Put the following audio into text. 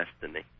destiny